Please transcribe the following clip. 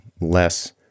less